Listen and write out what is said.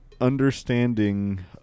understanding